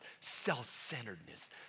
self-centeredness